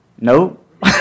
Nope